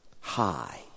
high